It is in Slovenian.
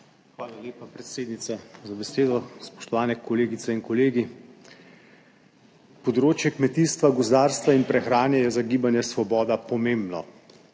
Hvala lepa, predsednica za besedo, spoštovane kolegice in kolegi. Področje kmetijstva, gozdarstva in prehrane je za Gibanje Svoboda pomembno.